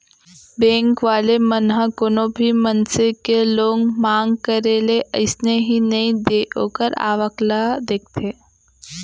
bank वाले मन ह कोनो भी मनसे के लोन मांग करे ले अइसने ही नइ दे ओखर आवक ल देखथे